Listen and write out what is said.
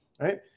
right